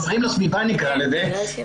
בשנתיים האחרונות,